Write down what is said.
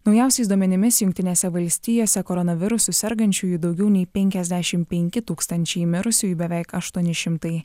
naujausiais duomenimis jungtinėse valstijose koronavirusu sergančiųjų daugiau nei penkiasdešimt penki tūkstančiai mirusiųjų beveik aštuoni šimtai